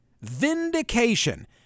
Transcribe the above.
Vindication